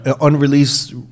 unreleased